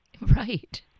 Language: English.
Right